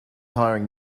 hiring